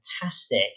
fantastic